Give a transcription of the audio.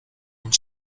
and